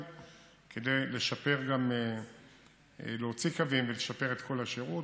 כדי להוציא קווים ולשפר את כל השירות.